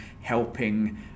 helping